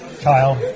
Kyle